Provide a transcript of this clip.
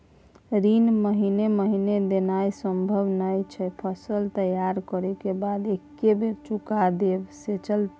ऋण महीने महीने देनाय सम्भव नय छै, फसल तैयार करै के बाद एक्कै बेर में चुका देब से चलते?